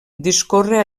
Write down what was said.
discorre